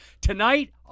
tonight